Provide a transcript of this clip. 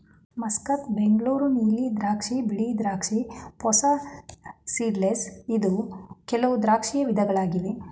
Muscat, Bengaluru ನೀಲಿ ದ್ರಾಕ್ಷಿ, ಬಿಳಿ ದ್ರಾಕ್ಷಿ, ಪೂಸಾ ಸೀಡ್ಲೆಸ್ ಇದು ಕೆಲವು ದ್ರಾಕ್ಷಿಯ ವಿಧಗಳಾಗಿವೆ